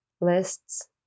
Lists